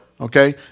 okay